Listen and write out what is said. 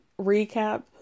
recap